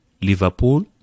Liverpool